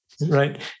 Right